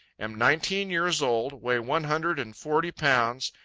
am nineteen years old, weigh one hundred and forty pounds,